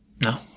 No